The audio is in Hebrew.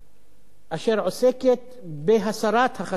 אשר עוסקת בהסרת החסמים האלה,